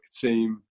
team